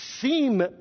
seem